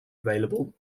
available